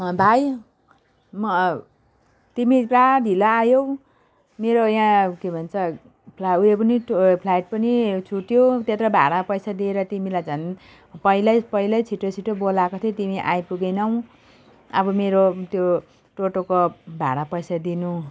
भाइ म तिमी पुरा ढिलो आयौ मेरो यहाँ के भन्छ फ्ला उयो पनि टो फ्लाइट पनि छुट्यो त्यत्रो भाडा पैसा दिएर तिमीलाई झन् पहिल्यै पहिल्यै छिटो छिटो बोलाएको थिएँ तिमी आइपुगेनौ अब मेरो त्यो टोटोको भाडा पैसा दिनु